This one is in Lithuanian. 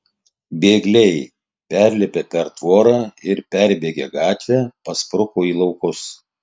bėgliai perlipę per tvorą ir perbėgę gatvę paspruko į laukus